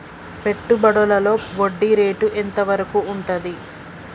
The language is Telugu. పెట్టుబడులలో వడ్డీ రేటు ఎంత వరకు ఉంటది?